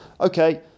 Okay